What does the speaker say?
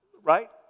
right